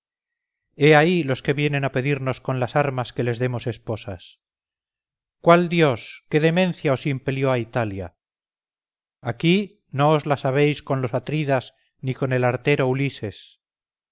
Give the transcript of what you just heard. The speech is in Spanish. ahí los que vienen a pedirnos con las armas que les demos esposas cuál dios qué demencia os impelió a italia aquí no os las habéis con los atridas ni con el artero ulises